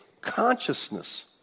consciousness